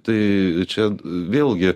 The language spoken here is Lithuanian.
tai čia vėlgi